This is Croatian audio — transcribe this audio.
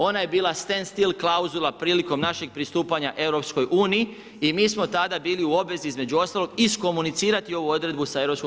Ona je bila stand still klauzula prilikom našeg pristupanja EU i mi smo tada bili u obvezi, između ostalog iskomunicirati ovu odredbu sa EK.